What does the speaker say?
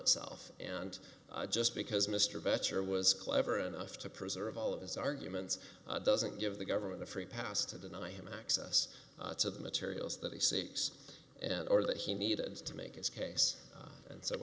itself and just because mr better was clever enough to preserve all of his arguments doesn't give the government a free pass to deny him access to the materials that he seeks or that he needed to make its case and so